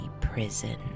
prison